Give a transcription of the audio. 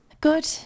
Good